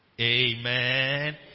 Amen